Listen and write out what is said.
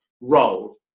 role